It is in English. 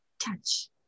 touch